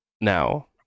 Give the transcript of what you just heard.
Now